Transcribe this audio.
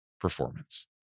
performance